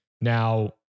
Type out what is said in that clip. Now